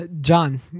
John